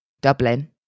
Dublin